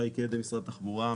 שי קדם משרד התחבורה,